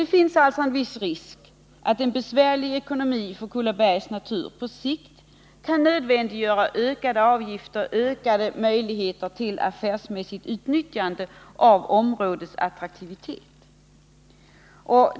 Det finns alltså en viss risk att en besvärlig ekonomi för Kullabergs Natur på sikt nödvändiggör ökade avgifter och ökat affärsmässigt utnyttjande av områdets attraktivitet.